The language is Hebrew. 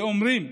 ואומרים: